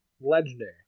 Legendary